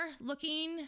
looking